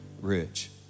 rich